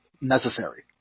necessary